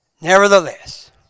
nevertheless